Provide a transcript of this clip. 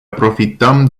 profităm